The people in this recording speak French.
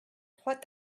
trois